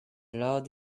allowed